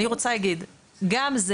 גם זה